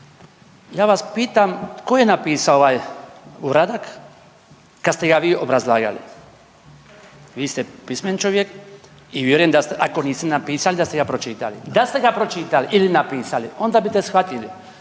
Ja vas pitam tko je napisao ovaj uradak kad ste ga vi obrazlagali. Vi ste pismeni čovjek i vjerujem da ste, ako niste napisali da ste ga pročitali. Da ste ga pročitali ili napisali onda bite shvatili